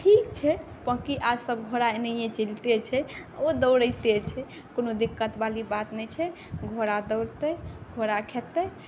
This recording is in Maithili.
ठीक छै बाँकी आओरसब घोड़ा एनाहिए चलिते छै ओ दौड़ते छै कोनो दिक्कतवाली बात नहि छै घोड़ा दौड़तै घोड़ा खेतै